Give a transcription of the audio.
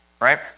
right